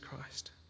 Christ